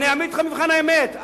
אעמיד אתכם במבחן האמת.